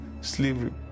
slavery